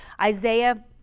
Isaiah